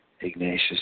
Ignatius